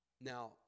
Now